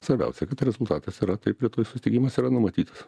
svarbiausia kad rezultatas yra taip rytoj sutikimas yra numatytas